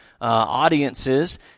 audiences